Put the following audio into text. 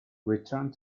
returned